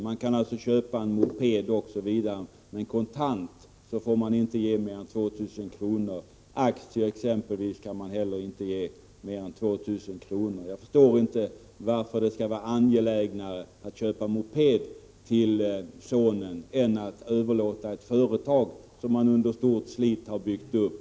Det går alltså att köpa t.ex. en moped, men kontant får man inte ge mer än 2 000 kr. Inte heller kan man ge aktier till ett högre värde än 2 000 kr. Jag förstår inte varför det skall vara angelägnare att köpa moped till sonen än att överlåta ett företag som man med stort slit har byggt upp.